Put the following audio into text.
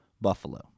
Buffalo